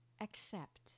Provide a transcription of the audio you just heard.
Accept